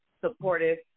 supportive